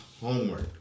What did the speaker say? homework